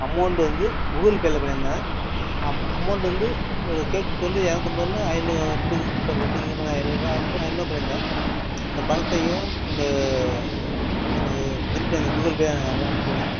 amount வந்து Google பேயில் பண்ணியிருந்தேன் அமௌ அமௌண்ட் வந்து ஒரு கேக்கு வந்து இரநூத்தம்பதுனா ஐநூறுருவா ரெண்டு கேக் ஐநூறுருவா ஐநூறுருவா பண்ணியிருந்தேன் அந்த பணத்தையும் அந்த எனக்கு திருப்பி அந்த கூகுள் பே எனக்கு அனுப்பிவிடுங்க